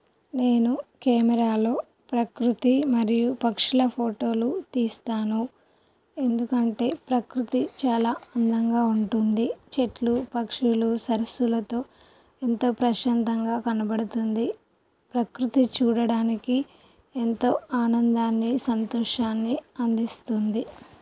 నేను కేమెరాలో ప్రకృతి మరియు పక్షుల ఫోటోలు తీస్తాను ఎందుకంటే ప్రకృతి చాలా అందంగా ఉంటుంది చెట్లు పక్షులు సరస్సులతో ఎంతో ప్రశాంతంగా కనబడుతుంది ప్రకృతి చూడడానికి ఎంతో ఆనందాన్ని సంతోషాన్ని అందిస్తుంది